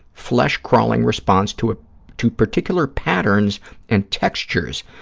flesh-crawling response to ah to particular patterns and textures,